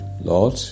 Lord